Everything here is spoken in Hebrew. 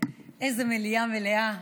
איזו מליאה מלאה,